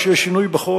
שיהיה שינוי בחוק,